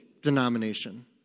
denomination